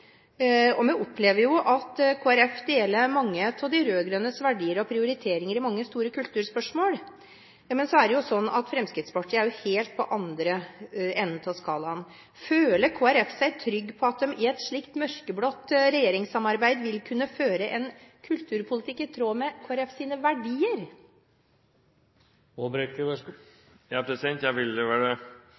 mye. Vi opplever at Kristelig Folkeparti deler mange av de rød-grønnes verdier og prioriteringer i mange store kulturspørsmål. Fremskrittspartiet er helt i den andre enden av skalaen. Føler Kristelig Folkeparti seg trygg på at de i et slikt mørkeblått regjeringssamarbeid vil kunne føre en kulturpolitikk i tråd med Kristelig Folkepartis verdier? Jeg vil